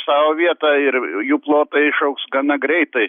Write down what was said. savo vietą ir jų plotai išaugs gana greitai